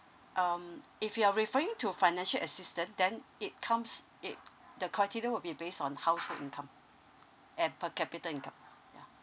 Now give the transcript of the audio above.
um if you're referring to financial assistance then it comes it the criteria will be based on household income and per capita income